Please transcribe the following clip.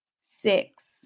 six